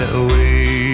away